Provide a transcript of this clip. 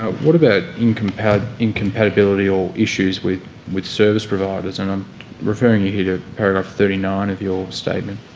ah what about incompatibility incompatibility or issues with with service providers? and i'm referring you here to paragraph thirty nine of your statement.